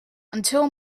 until